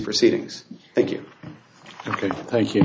proceedings thank you thank you